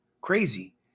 crazy